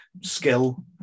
Skill